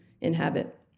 inhabit